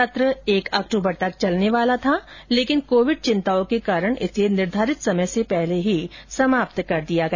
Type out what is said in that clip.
सत्र एक अक्टूबर तक चलने वाला था लेकिन कोविड चिंताओं के कारण इसे निर्धारित समय से पहले ही समाप्त कर दिया गया